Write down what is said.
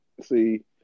see